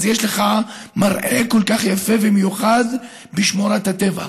אז יש לך מראה כל כך יפה ומיוחד בשמורת הטבע.